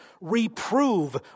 Reprove